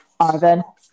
Arvin